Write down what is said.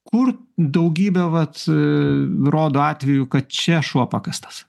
kur daugybė vat rodo atvejų kad čia šuo pakastas